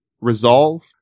resolve